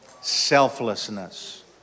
Selflessness